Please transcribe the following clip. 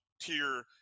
tier